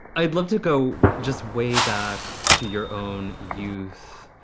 i'd love to go just way back to your own youth.